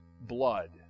blood